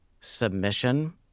submission